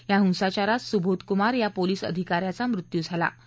या हिंसाचारात सुबोध कुमार या पोलिस अधिका याचा मृत्यू झाला होता